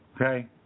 Okay